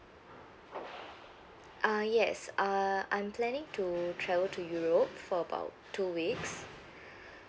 uh yes uh I'm planning to travel to europe for about two weeks